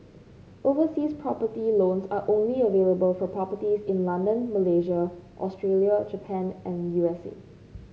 overseas property loans are only available for properties in London Malaysia Australia Japan and U S A